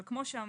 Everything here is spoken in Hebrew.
אבל כמו שאמרת,